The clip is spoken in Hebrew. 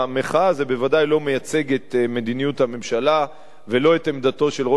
זה בוודאי לא מייצג את מדיניות הממשלה ולא את עמדתו של ראש הממשלה.